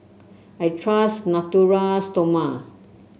I trust Natura Stoma